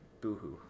boohoo